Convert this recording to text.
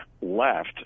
left